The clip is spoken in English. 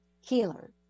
healer